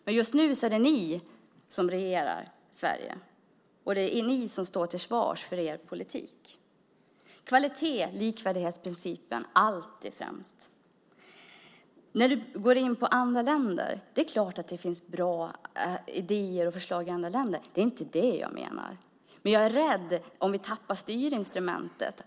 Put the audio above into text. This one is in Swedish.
Men just nu är det ni som regerar Sverige, och det är ni som står till svars för er politik. Kvalitet och likvärdighetsprincipen ska alltid komma främst. Det är klart att det finns bra idéer att ta till sig från andra länder. Det är inte det som jag är emot. Men jag är rädd för att vi tappar styrinstrumentet.